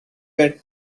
were